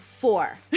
Four